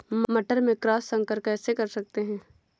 मटर में क्रॉस संकर कैसे कर सकते हैं?